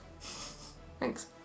Thanks